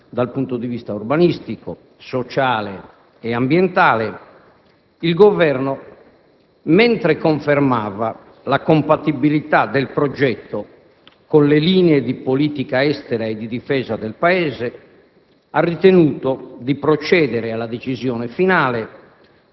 dal punto di vista urbanistico, sociale e ambientale, il Governo, mentre confermava la compatibilità del progetto con le linee di politica estera e di difesa del Paese, ha ritenuto di procedere alla decisione finale